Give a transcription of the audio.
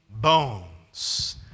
bones